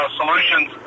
solutions